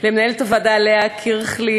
למנהלת הוועדה לאה קירכלי,